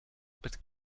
but